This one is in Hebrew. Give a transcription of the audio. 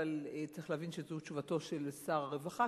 אבל צריך להבין שזו תשובתו של שר הרווחה,